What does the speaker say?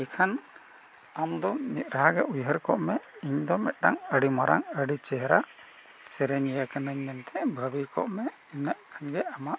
ᱮᱠᱷᱟᱱ ᱟᱢ ᱫᱚ ᱢᱤᱫ ᱨᱟᱦᱟ ᱜᱮ ᱩᱭᱦᱟᱹᱨ ᱠᱚᱜ ᱢᱮ ᱤᱧ ᱫᱚ ᱢᱤᱫᱴᱟᱝ ᱟᱹᱰᱤ ᱢᱟᱨᱟᱝ ᱟᱹᱰᱤ ᱪᱮᱦᱨᱟ ᱥᱮᱨᱮᱧ ᱤᱭᱟᱹ ᱠᱟᱹᱱᱟᱹᱧ ᱢᱮᱱᱛᱮ ᱵᱷᱟᱹᱵᱤ ᱠᱚᱜ ᱢᱮ ᱤᱱᱟᱹᱜ ᱠᱷᱟᱱ ᱜᱮ ᱟᱢᱟᱜ